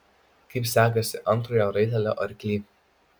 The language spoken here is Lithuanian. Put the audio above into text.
kaip sekasi antrojo raitelio arkly